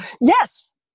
yes